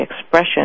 expression